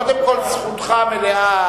קודם כול, זכותך המלאה.